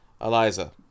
Eliza